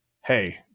hey